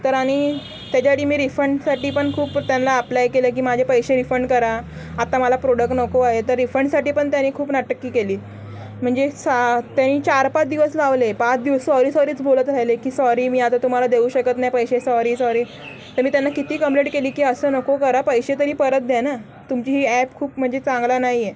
तर आणि त्याच्यासाठी मी रिफंडसाठी पण खूप त्यांना अप्लाय केलं की माझे पैसे रिफंड करा आता मला प्रोडक्ट नको आहे तर रिफंडसाठी पण त्यानी खूप नाटक्की केली म्हणजे सा त्यानी चारपाच दिवस लावले पाच दिवस सॉरी सॉरीच बोलत राहिले की सॉरी मी आता तुम्हाला देऊ शकत नाही पैसे सॉरी सॉरी तर मी त्यांना किती कंप्लेट केली की असं नको करा पैसे तरी परत द्या ना तुमची ही ॲप खूप म्हणजे चांगला नाही आहे